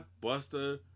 Buster